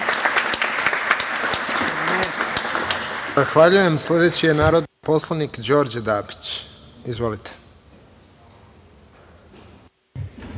Zahvaljujem. Sledeći je narodni poslanik Đorđe Dabić. Izvolite.